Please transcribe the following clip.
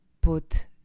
put